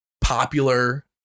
popular